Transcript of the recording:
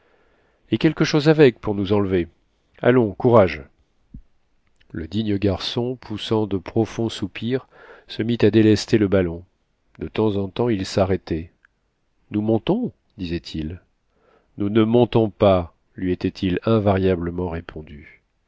et quelque chose avec pour nous enlever allons courage le digne garçon poussant de profonds soupirs se mit à délester le ballon de temps en temps il s'arrêtait nous montons disait-il nous ne montons pas lui était-il invariablement répondu